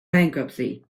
bankruptcy